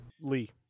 Lee